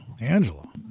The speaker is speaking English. Angela